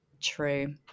true